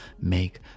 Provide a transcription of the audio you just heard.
make